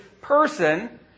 person